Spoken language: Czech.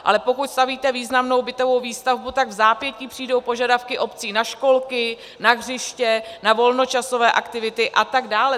Ale pokud stavíte významnou bytovou výstavbu, tak vzápětí přijdou požadavky obcí na školky, na hřiště, na volnočasové aktivity a tak dále.